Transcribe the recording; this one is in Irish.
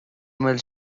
bhfuil